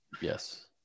Yes